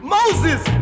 Moses